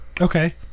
Okay